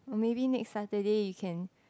or maybe next Saturday you can